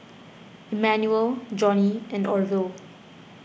Immanuel Johnny and Orvil